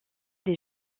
des